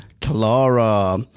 clara